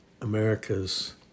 America's